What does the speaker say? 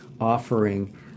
Offering